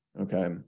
Okay